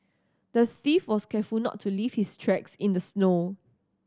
the thief was careful not to leave his tracks in the snow